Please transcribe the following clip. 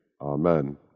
Amen